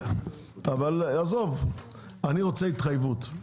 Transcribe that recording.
אבל עזוב אני רוצה התחייבות.